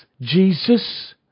Jesus